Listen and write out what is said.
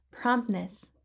promptness